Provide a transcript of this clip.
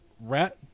rat